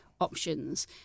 options